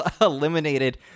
eliminated